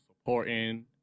supporting